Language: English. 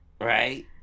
Right